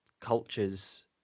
cultures